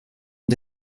and